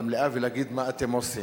למליאה ולהגיד מה אתם עושים.